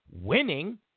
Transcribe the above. winning